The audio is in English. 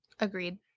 Agreed